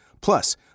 Plus